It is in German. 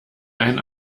einen